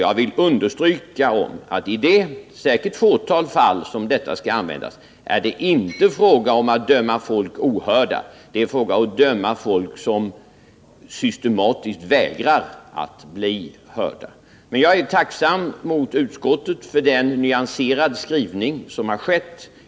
Jag vill understryka att i det säkert ringa antal fall där denna möjlighet skall användas är det inte fråga om att döma människor ohörda — det är fråga om att döma människor som systematiskt vägrar att bli hörda. Jag är tacksam mot utskottet för den nyanserade skrivning som har gjorts.